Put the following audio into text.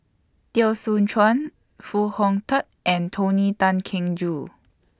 Teo Soon Chuan Foo Hong Tatt and Tony Tan Keng Joo